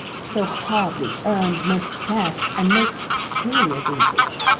so hardly earned, most scarce and most peculiar vintage!